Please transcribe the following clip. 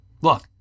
Look